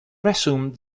resumed